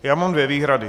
Já mám dvě výhrady.